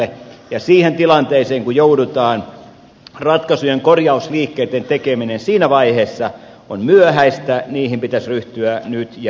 siihen tilanteeseen kun joudutaan ratkaisujen korjausliikkeitten tekeminen siinä vaiheessa on myöhäistä niihin pitäisi ryhtyä nyt ja välittömästi